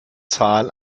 zahl